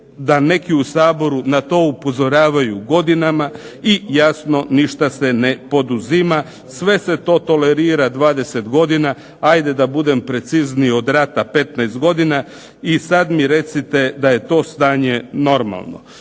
da neki u Saboru na to upozoravaju godinama i jasno ništa se ne poduzima. Sve se to tolerira 20 godina. Hajde da budem precizniji od rata 15 godina i sad mi recite da je to stanje normalno.